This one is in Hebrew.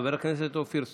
חבר הכנסת אופיר סופר.